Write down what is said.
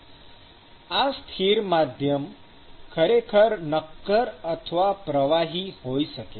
આ સ્થિર માધ્યમ ખરેખર નક્કર અથવા પ્રવાહી હોઈ શકે છે